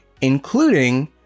including